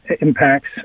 impacts